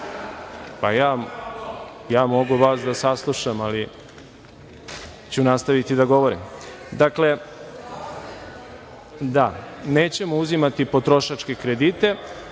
ja mogu vas da saslušam, ali ću nastaviti da govorim. Dakle, nećemo uzimati potrošačke kredite,